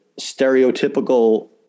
stereotypical